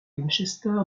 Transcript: winchester